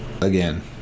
again